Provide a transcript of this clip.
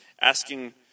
asking